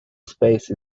space